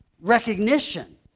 recognition